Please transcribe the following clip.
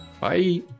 Bye